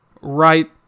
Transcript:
right